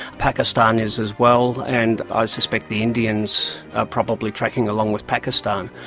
pakistan is as well, and i suspect the indians are probably tracking along with pakistan.